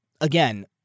again